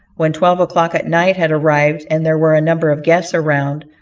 when twelve o'clock at night had arrived, and there were a number of guests around,